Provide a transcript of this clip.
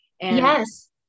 yes